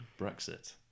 Brexit